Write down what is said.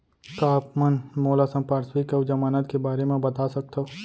का आप मन मोला संपार्श्र्विक अऊ जमानत के बारे म बता सकथव?